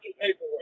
paperwork